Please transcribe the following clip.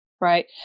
Right